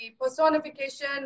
personification